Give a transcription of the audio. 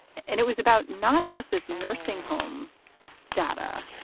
and it was about not just this nursing home data,